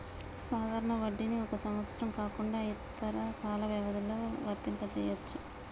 సాధారణ వడ్డీని ఒక సంవత్సరం కాకుండా ఇతర కాల వ్యవధిలో వర్తింపజెయ్యొచ్చు